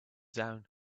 down